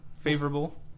favorable